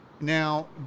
Now